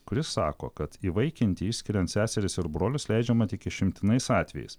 kuri sako kad įvaikinti išskiriant seseris ir brolius leidžiama tik išimtinais atvejais